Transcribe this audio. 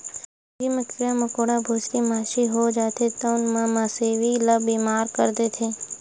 गंदगी म कीरा मकोरा, भूसड़ी, माछी हो जाथे जउन ह मवेशी ल बेमार कर देथे